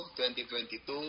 2022